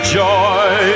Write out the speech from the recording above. joy